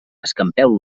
escampeu